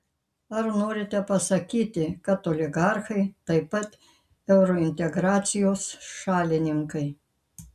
ar norite pasakyti kad oligarchai taip pat eurointegracijos šalininkai